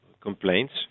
complaints